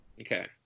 Okay